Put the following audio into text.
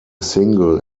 single